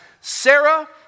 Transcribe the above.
Sarah